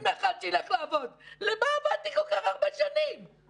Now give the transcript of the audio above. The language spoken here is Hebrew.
לאחרונה נפגשנו עם סגן השר קיש,